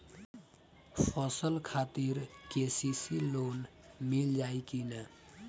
फसल खातिर के.सी.सी लोना मील जाई किना?